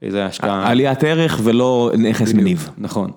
איזה השקעה, עליית ערך ולא נכס מניב, נכון.